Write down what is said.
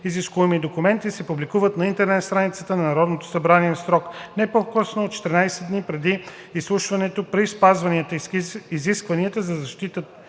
изискуеми документи, се публикуват на интернет страницата на Народното събрание в срок не по-късно от 14 дни преди изслушването при спазване изискванията за защита